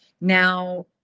Now